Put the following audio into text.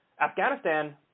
Afghanistan